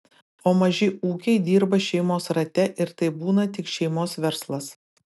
o maži ūkiai dirba šeimos rate ir tai būna tik šeimos verslas